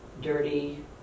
dirty